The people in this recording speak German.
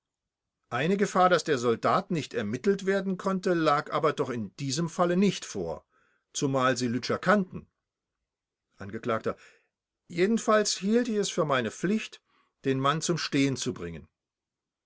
eine gefahr daß der soldat nicht ermittelt werden konnte lag aber doch in ihrem falle nicht vor zumal sie lütscher kannten angekl jedenfalls hielt ich es für meine pflicht den mann zum stehen zu bringen